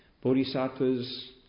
Bodhisattvas